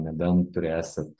nebent turėsit